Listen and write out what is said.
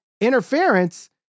interference